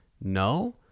no